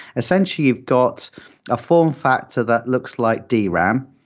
essentially you've got a form factor that looks like dram.